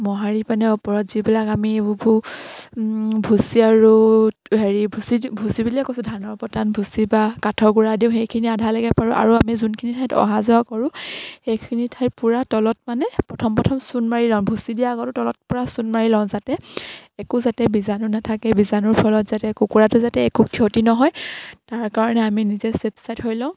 মোহাৰি পেনে ওপৰত যিবিলাক আমি এইবো ভুচি আৰু হেৰি ভুচি ভুচি বুলিয়ে কৈছোঁ ধানৰ পতান ভুচি বা কাঠৰগুৰা দিওঁ সেইখিনি আধা লাগে পাৰোঁ আৰু আমি যোনখিনি ঠাইত অহা যোৱা কৰোঁ সেইখিনি ঠাইত পূৰা তলত মানে প্ৰথম প্ৰথম চূণ মাৰি লওঁ ভুচি দিয়াৰ আগতে তলৰ পৰা চূণ মাৰি লওঁ যাতে একো যাতে বীজাণু নাথাকে বীজাণুৰ ফলত যাতে কুকুৰাটোৰ যাতে একো ক্ষতি নহয় তাৰ কাৰণে আমি নিজে চেফচাইড হৈ লওঁ